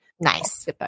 Nice